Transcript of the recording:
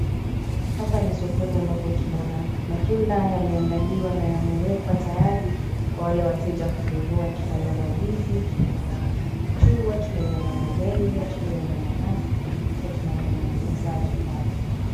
Hapa ni sokoni ambapo tunaona matunda yameandaliwa na yamewekwa tayari kwa wale wateja kununua. Tunaiona ndizi, tunaiona chungwa, tunaiona malenge, tunaiona nanasi pia tunamwo muuzaji pale.